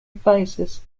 advisors